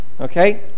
Okay